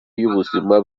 y’ubuzima